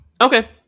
Okay